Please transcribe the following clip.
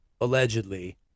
allegedly